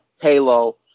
Halo